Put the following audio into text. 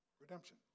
redemption